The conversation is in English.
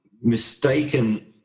mistaken